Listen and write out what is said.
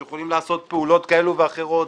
שאנחנו יכולים לעשות פעולות כאלה ואחרות,